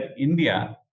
India